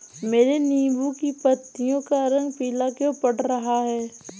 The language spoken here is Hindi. मेरे नींबू की पत्तियों का रंग पीला क्यो पड़ रहा है?